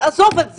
עזוב את זה.